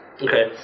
Okay